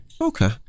Okay